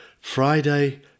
Friday